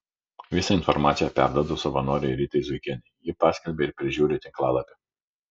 visą informaciją perduodu savanorei ritai zuikienei ji paskelbia ir prižiūri tinklalapį